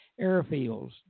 airfields